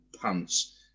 pants